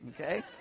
okay